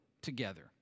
together